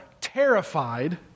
terrified